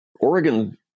Oregon